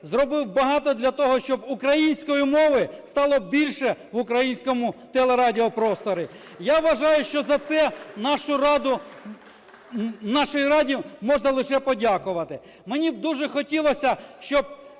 зробив багато для того, щоб української мови стало більше в українському телерадіопросторі. Я вважаю, що за це нашу нашій Раді можна лише подякувати. Мені б дуже хотілося б, щоб